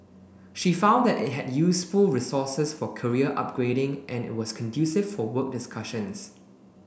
she found that it had useful resources for career upgrading and was conducive for work discussions